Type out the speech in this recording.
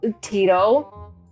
Tito